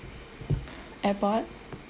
airport